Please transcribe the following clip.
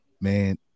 Man